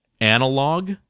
analog